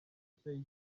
nshya